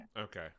okay